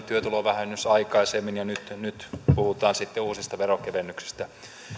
työtulovähennys aikaisemmin ja nyt nyt puhutaan sitten uusista veronkevennyksistä